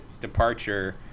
departure